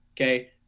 okay